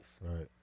right